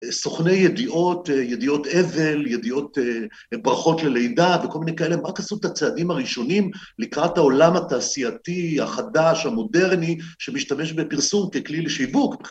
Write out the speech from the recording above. סוכני ידיעות, ידיעות אבל, ידיעות ברכות ללידה וכל מיני כאלה, הם רק עשו את הצעדים הראשונים לקראת העולם התעשייתי, החדש, המודרני, שמשתמש בפרסום ככלי לשיווק.